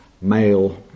male